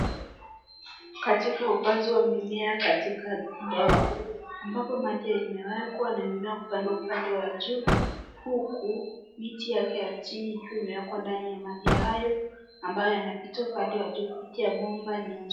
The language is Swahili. Katika upanzi wa mimea katika ndoo ambapo maji imewekwa na mimea upandwa upande wa juu huku miti yake ya jini ikiwa imekwa ndani ya maji hayo ambayo yanapita upande wa juu kupitia pomba.